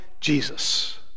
Jesus